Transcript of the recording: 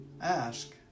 ask